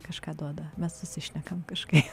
kažką duoda mes susišnekam kažkaip